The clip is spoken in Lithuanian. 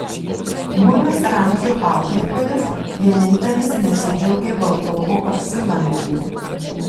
buvęs ramzio auklėtojas vienintelis nesidžiaugė valdovo apsilankymu